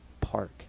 park